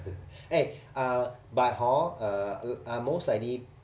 eh uh but hor uh most likely